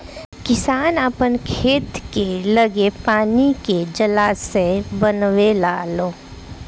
किसान आपन खेत के लगे पानी के जलाशय बनवे लालो